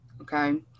okay